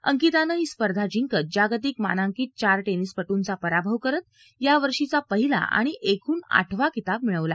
अंकितानं ही स्पर्धा जिंकत जागतिक मानांकित चार टेनिसपटूंचा पराभव करत यावर्षीचा पहिला आणि एकूण आठवा किताब मिळवला